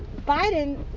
Biden